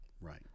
Right